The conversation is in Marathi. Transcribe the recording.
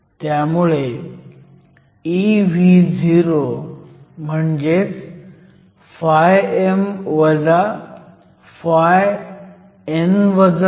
त्यामुळे eVo म्हणजेच φm φ आहे